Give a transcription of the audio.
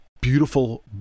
beautiful